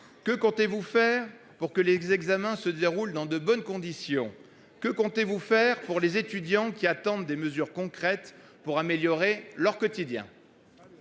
Que comptez-vous faire pour que les examens se déroule dans de bonnes conditions, que comptez-vous faire pour les étudiants qui attendent des mesures concrètes pour améliorer leur quotidien.